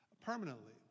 permanently